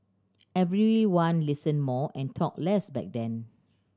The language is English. everyone listened more and talked less back then